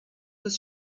was